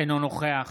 אינו נוכח